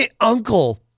uncle